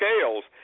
scales